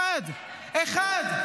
אחד.